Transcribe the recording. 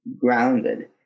grounded